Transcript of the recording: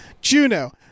Juno